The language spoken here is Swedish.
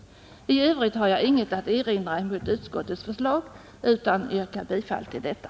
I övrigt har jag inget att erinra mot utskottets förslag utan yrkar bifall till detta.